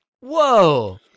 Whoa